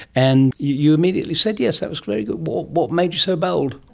and you immediately said yes, that was very good. what what made you so bold?